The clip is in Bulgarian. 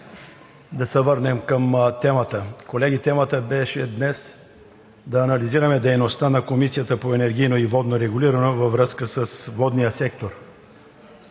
да се върнем към темата. Колеги, темата днес беше да анализираме дейността на Комисията по енергийно и водно регулиране във връзка с водния сектор.